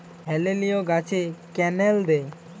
হেলিলিও গাছে ক্যানেল দেয়?